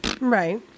Right